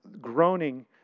groaning